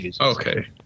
Okay